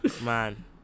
Man